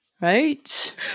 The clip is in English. Right